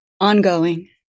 Ongoing